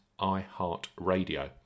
iHeartRadio